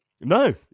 No